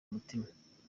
mutima